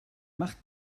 macht